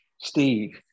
Steve